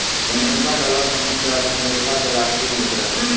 America dollar संयुक्त राज्य America के राष्ट्रीय मुद्रा हइ